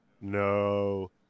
no